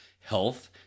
health